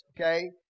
okay